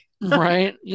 Right